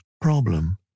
problem